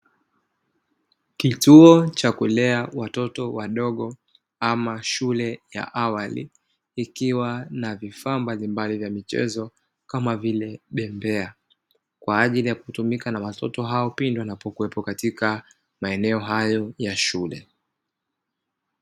Kituo cha kulea watoto wadogo ama shule ya awali, ikiwa na vifaa mbalimbali vya michezo kama vile bembea kwa ajili ya kutumika na watoto hao pindi wanapokuwepo katika maeneo hayo ya shule.